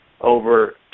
over